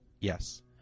Yes